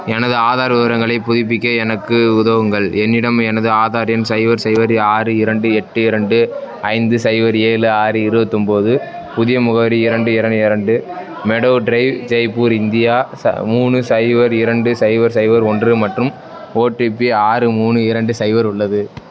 எனது ஆதார் விவரங்களைப் புதுப்பிக்க எனக்கு உதவுங்கள் என்னிடம் எனது ஆதார் எண் சைபர் சைபர் ஆறு இரண்டு எட்டு இரண்டு ஐந்து சைபர் ஏழு ஆறு இருபத்தொம்போது புதிய முகவரி இரண்டு எரண் இரண்டு மெடோவ் ட்ரைவ் ஜெய்ப்பூர் இந்தியா ச மூணு சைபர் இரண்டு சைபர் சைபர் ஒன்று மற்றும் ஓடிபி ஆறு மூணு இரண்டு சைபர் உள்ளது